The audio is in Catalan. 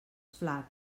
flac